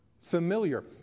familiar